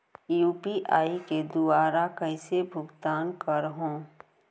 UPI के दुवारा कइसे भुगतान करहों?